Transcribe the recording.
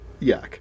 Yuck